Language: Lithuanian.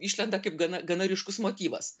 išlenda kaip gana gana ryškus motyvas